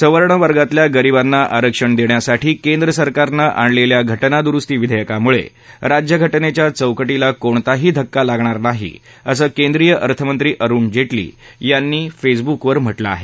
सवर्ण वर्गातल्या गरीबांना आरक्षण देण्यासाठी केंद्र सरकारनं आणलेल्या घटनादुरुस्ती विधेयकामुळे राज्यघटनेच्या चौकटीला कोणताही धक्का लागणार नाही असं केंद्रीय अर्थमंत्री अरुण जेटली यांनी फेसब्रुकवर म्हटलं आहे